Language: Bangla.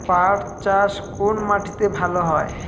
পাট চাষ কোন মাটিতে ভালো হয়?